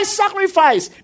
sacrifice